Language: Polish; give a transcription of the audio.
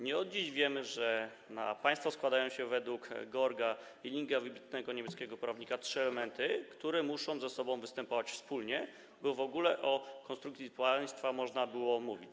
Nie od dziś wiemy, że na państwo składają się według Georga Jellinka, wybitnego niemieckiego prawnika, trzy elementy, które musza ze sobą występować wspólnie, by w ogóle o konstrukcji państwo można było mówić.